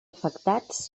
afectats